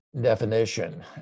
definition